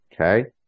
Okay